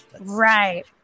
right